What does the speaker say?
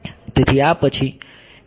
તેથી આ પછી યોગ્ય રીતે ફિક્સ્ડ કરીશું